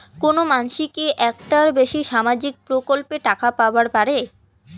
কোনো মানসি কি একটার বেশি সামাজিক প্রকল্পের টাকা পাবার পারে?